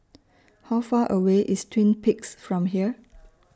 How Far away IS Twin Peaks from here